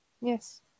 Yes